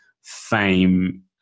fame